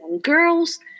girls